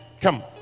Come